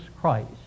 Christ